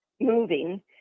moving